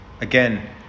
Again